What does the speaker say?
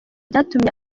byatumye